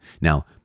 Now